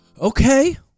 Okay